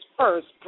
first